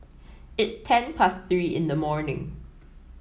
its ten past Three in the morning